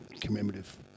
commemorative